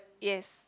yes